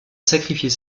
sacrifier